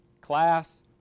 class